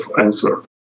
answer